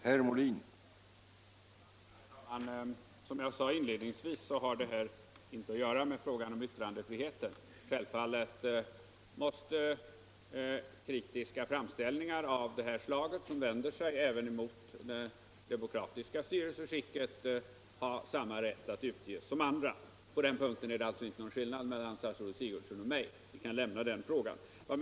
Herr talman! Som jag sade inledningsvis har det här inte att göra med frågan om yttrandefriheten. Självfallet måste kritiska framställningar av detta slag, även om de vänder sig emot det demokratiska styrelseskicket, ha samma rätt till spridning som andra. På den punkten är det ingen skillnad mellan fru statsrådet och mig, så vi kan lämna den saken.